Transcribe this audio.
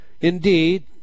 indeed